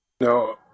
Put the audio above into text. No